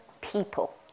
people